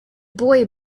boy